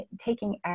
taking